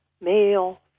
Male